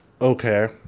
okay